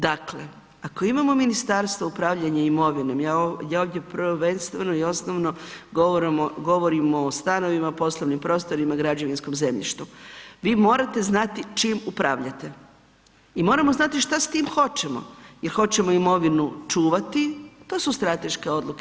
Dakle, ako imamo Ministarstvo upravljanja imovinom, ja ovdje prvenstveno i osnovno govorim o stanovima, poslovnim prostorima, građevinskom zemljištu vi morate znati čim upravljate i moramo znati šta s tim hoćemo, jel hoćemo imovinu čuvati, to su strateške odluke.